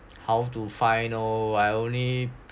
how to find I only